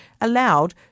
allowed